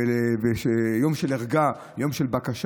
זה יום של ערגה, יום של בקשה.